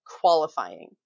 qualifying